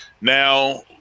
now